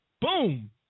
Boom